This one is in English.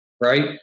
right